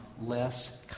less